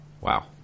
Wow